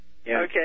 Okay